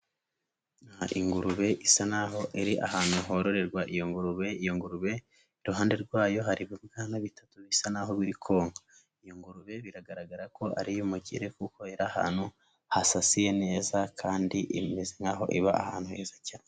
Ingurube isa n'aho iri ahantu hororerwa iyo ngurube, iyo ngurube iruhande rwayo hari ibibwana bitatu bisa n'aho birikonka, iyo ngurube biragaragara ko ari iy'umukire kuko iri ahantu hasasiye neza kandi hameze n'aho iba ahantu heza cyane.